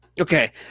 Okay